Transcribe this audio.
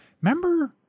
remember